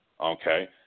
okay